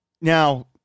Now